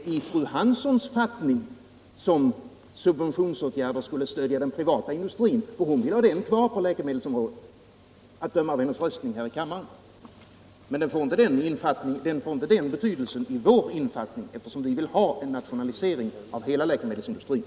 Det är i fru Hanssons tappning som subventionsåtgärder skulle stödja den privata industrin, för hon vill, att döma av hennes röstning här i kammaren, ha den privata industrin kvar på läkemedelsområdet. Kravet får inte den betydelsen i vår infattning, eftersom vi vill ha till stånd en nationalisering av hela läkemedelsindustrin.